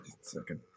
Second